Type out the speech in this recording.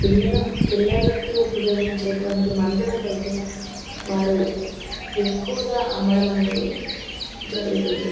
పిల్లల పిల్లలకి ఉపయోగించేటువంటి మందులకైతే వారు ఎక్కువగా అమ్మడం అనేది జరుగుతుంది